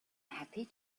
happy